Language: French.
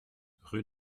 rue